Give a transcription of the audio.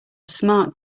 smart